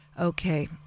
Okay